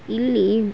ಇಲ್ಲಿ